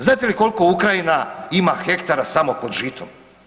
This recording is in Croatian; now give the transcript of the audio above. Znate li kolko Ukrajina ima hektara samo pod žitom?